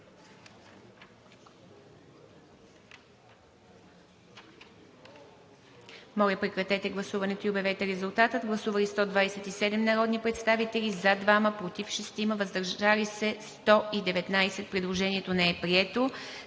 Моля, прекратете гласуването и обявете резултата. Гласували 194 народни представители: за 96, против 80, въздържали се 18. Предложението не е прието.